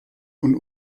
und